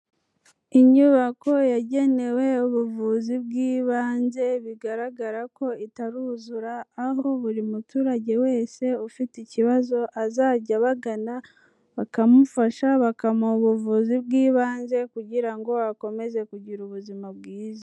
Inyubako yagenewe ubuvuzi bw'ibanze bigaragara ko itaruzura, aho buri muturage wese ufite ikibazo azajya abagana bakamufasha bakamuha ubuvuzi bw'ibanze, kugira ngo akomeze kugira ubuzima bwiza.